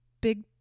big